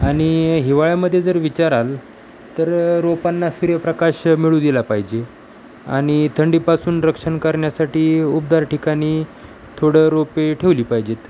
आणि हिवाळ्यामध्ये जर विचाराल तर रोपांना सूर्य प्रकाश मिळू दिला पाहिजे आणि थंडीपासून रक्षण करण्यासाठी उबदार ठिकाणी थोडं रोपे ठेवली पाहिजेत